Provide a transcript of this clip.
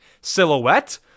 silhouette